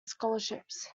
scholarships